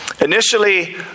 Initially